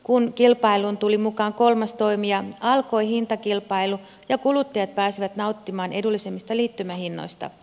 kun kilpailuun tuli mukaan kolmas toimija alkoi hintakilpailu ja kuluttajat pääsivät nauttimaan edullisemmista liittymähinnoista